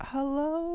Hello